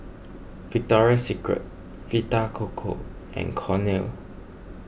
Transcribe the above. Victoria Secret Vita Coco and Cornell